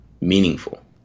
meaningful